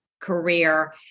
career